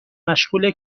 مشغول